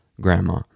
grandma